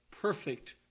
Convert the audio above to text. perfect